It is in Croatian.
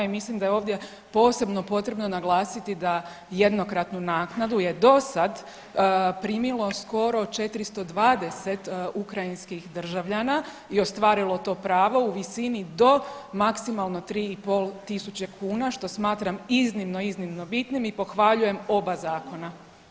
I mislim da je ovdje posebno potrebno naglasiti da jednokratnu naknadu je do sad primilo skoro 420 ukrajinskih državljana i ostvarilo to u pravo u visini do maksimalno 3.500 kuna što smatram iznimno, iznimno bitnim i pohvaljujem oba zakona.